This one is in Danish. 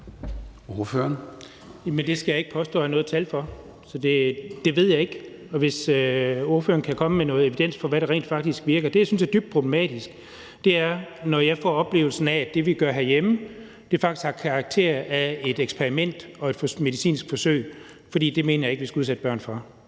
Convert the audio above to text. Det skal jeg ikke påstå at jeg har noget tal for, for det ved jeg ikke – måske kan spørgeren komme med noget evidens for, hvad der rent faktisk virker. Det, som jeg synes er dybt problematisk, er, når jeg får oplevelsen af, at det, vi gør herhjemme, faktisk har karakter af et eksperiment og et medicinsk forsøg, for det mener jeg ikke vi skal udsætte børn for.